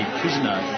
prisoner